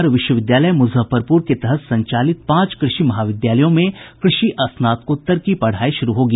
बिहार विश्वविद्यालय मूजफ्फरपूर के तहत संचालित पांच कृषि महाविद्यालयों में कृषि स्नातकोत्तर की पढ़ाई शुरू होगी